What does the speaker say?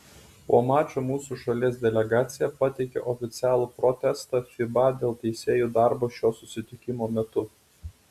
po mačo mūsų šalies delegacija pateikė oficialų protestą fiba dėl teisėjų darbo šio susitikimo metu